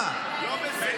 זה לא בסדר.